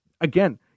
again